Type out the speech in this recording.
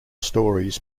stories